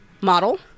model